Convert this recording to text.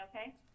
okay